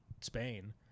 Spain